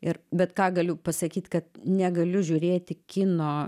ir bet ką galiu pasakyt kad negaliu žiūrėti kino